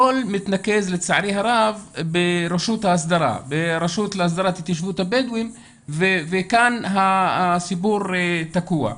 הכול מתנקז לצערי הרב ברשות להסדרת התיישבות הבדואים וכאן הסיפור תקוע.